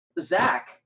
Zach